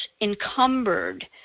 encumbered